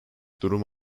durum